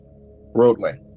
roadway